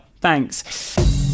Thanks